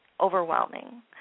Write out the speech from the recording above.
overwhelming